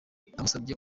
namusabye